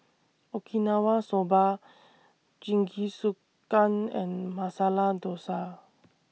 Okinawa Soba Jingisukan and Masala Dosa